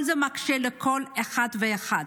כל זה מקשה על כל אחד ואחת.